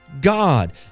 god